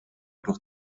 durch